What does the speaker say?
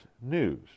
news